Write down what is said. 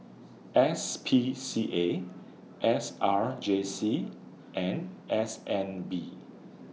S P C A S R J C and S N B